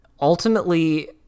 ultimately